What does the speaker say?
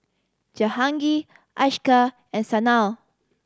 Jahangir Akshay and Sanal